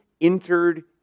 entered